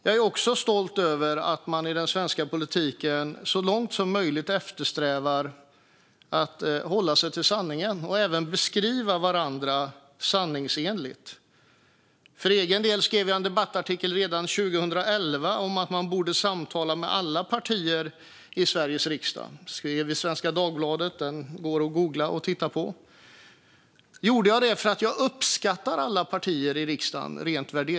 Jag är också stolt över att man i den svenska politiken så långt som möjligt eftersträvar att hålla sig till sanningen och även att beskriva varandra sanningsenligt. För egen del skrev jag redan 2011 en debattartikel i Svenska Dagbladet om att man borde föra samtal med alla partier i Sveriges riksdag. Det går att googla efter och titta på den. Gjorde jag det för att jag värderingsmässigt uppskattar alla partier i riksdagen?